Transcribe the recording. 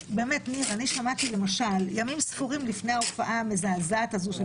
ימים ספורים לפני ההופעה המזעזעת הזאת של